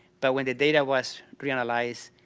but when the data was reanalyzed,